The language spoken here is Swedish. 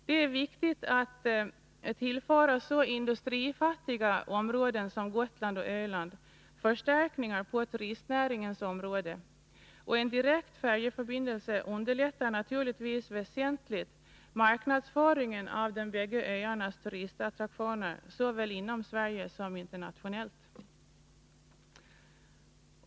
Det är viktigt att tillföra så industrifattiga områden som Gotland och Öland förstärkningar på turistnäringens område, och en direkt färjeförbindelse underlättar naturligtvis väsentligt marknadsföringen av de båda öarnas turistattraktioner såväl inom Sverige som internationellt.